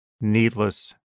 needless